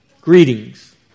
Greetings